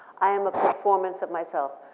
i am a performance of myself.